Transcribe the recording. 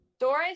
Doris